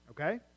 Okay